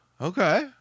okay